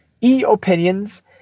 e-opinions